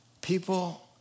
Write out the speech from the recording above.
People